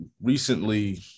recently